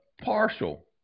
partial